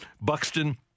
Buxton